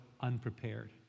unprepared